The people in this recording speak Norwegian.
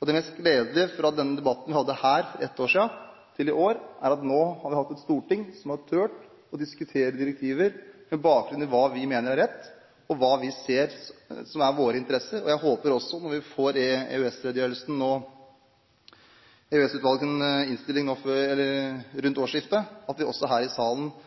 Det mest gledelige fra debatten vi hadde her for ett år siden og til i år, er at nå har vi hatt et storting som har tort å diskutere direktiver med bakgrunn i hva vi mener er rett, og hva vi ser er våre interesser. Jeg håper at når vi får EØS-utvalgets innstilling rundt årsskiftet, at vi også her i salen kan ha en